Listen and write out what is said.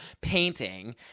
painting –